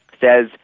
says